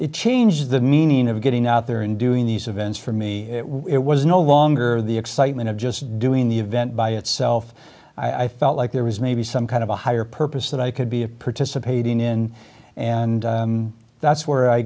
it changed the meaning of getting out there and doing these events for me it was no longer the excitement of just doing the event by itself i felt like there was maybe some kind of a higher purpose that i could be a participant in and that's where i